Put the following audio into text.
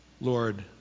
Lord